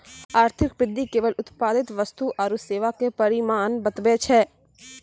आर्थिक वृद्धि केवल उत्पादित वस्तु आरू सेवा के परिमाण बतबै छै